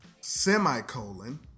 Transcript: semicolon